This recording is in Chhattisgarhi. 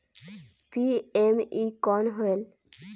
पी.एम.ई कौन होयल?